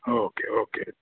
okay okay